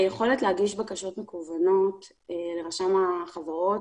היכולת להגיש בקשות מקוונות לרשם החברות,